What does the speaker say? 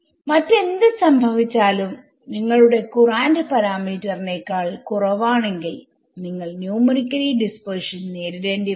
മറ്റെന്ത് സംഭവിച്ചാലും നിങ്ങളുടെ കുറാന്റ് പാരാമീറ്റർ നേക്കാൾ കുറവാണെങ്കിൽ നിങ്ങൾ ന്യൂമറിക്കൽ ഡിസ്പെർഷൻ നേരിടേണ്ടി വരും